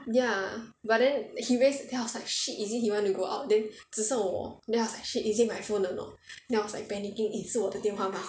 ya but then he raise then I was like shit is it he want to go out then 只剩我 then I was like shit is it my phone or not then I was panicking eh 是我的电话